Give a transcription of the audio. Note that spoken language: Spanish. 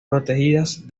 protegidas